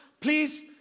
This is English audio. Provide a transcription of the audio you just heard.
please